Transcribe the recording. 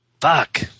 Fuck